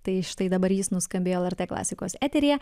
tai štai dabar jis nuskambėjo lrt klasikos eteryje